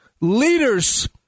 leaders